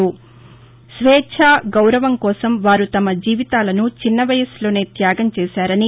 జాతి స్వేచ్ఛ గౌరవం కోసం వారు తమ జీవితాలను చిన్న వయస్సులోనే త్యాగం చేశారని